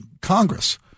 Congress –